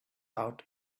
out